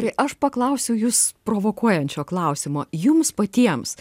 tai aš paklausiu jus provokuojančio klausimo jums patiems